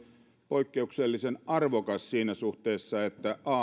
poikkeuksellisen arvokas siinä suhteessa että